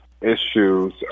issues